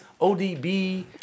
ODB